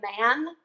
man